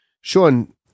Sean